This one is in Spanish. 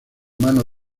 mano